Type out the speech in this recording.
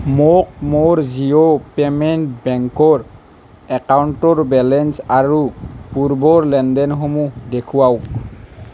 মোক মোৰ জিঅ' পে'মেণ্ট বেংকৰ একাউণ্টৰ বেলেঞ্চ আৰু পূৰ্বৰ লেনদেনসমূহ দেখুৱাওক